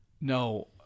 No